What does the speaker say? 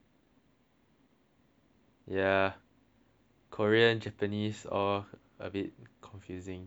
ya korean japanese all a bit confusing